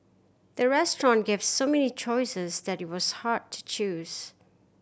the restaurant gave so many choices that it was hard to choose